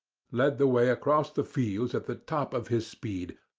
led the way across the fields at the top of his speed,